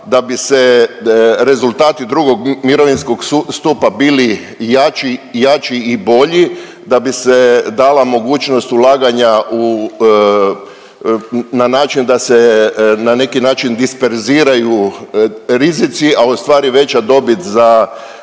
da bi se rezultati drugog mirovinskog stupa bili jači i bolji, da bi se dala mogućnost ulaganja u, na način da se na neki način disperziraju rizici, a u stvari veća dobit za